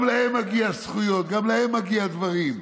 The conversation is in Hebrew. גם להם מגיעות זכויות, גם להם מגיעים דברים.